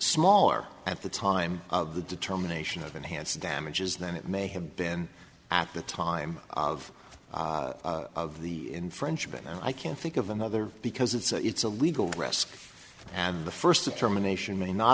small are at the time of the determination of enhanced damages that it may have been at the time of the of the in french but i can't think of another because it's a it's a legal risk and the first determination may not